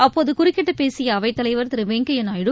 அப்போது குறுக்கிட்டு பேசிய அவைத் தலைவர் திரு வெங்கையா நாயுடு